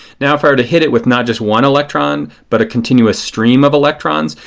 now if i were to hit it with not just one electron, but a continuous stream of electrons,